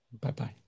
Bye-bye